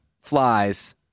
flies